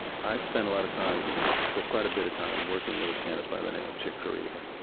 i spend a lot of time well quite a bit of time working with a pianist by the name of chick corea.